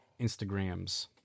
Instagrams